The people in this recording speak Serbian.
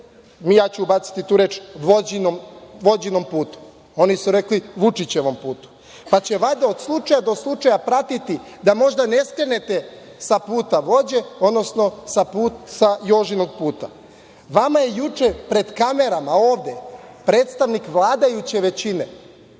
ja ću ubaciti reč, vođenom putu, oni su rekli Vučićevom putu, pa, će valjda od slučaja do slučaja pratiti da možda ne skrenete sa puta vođe, odnosno sa Jožinog puta. Vama juče pred kamerama ovde, predstavnik vladajuće većine